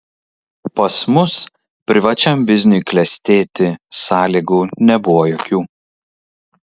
pas mus privačiam bizniui klestėti sąlygų nebuvo jokių